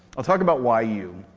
i'll talk about why you?